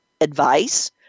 advice